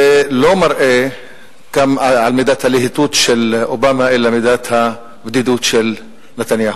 זה לא מראה את עמידת הלהיטות של אובמה אלא את עמידת הבדידות של נתניהו.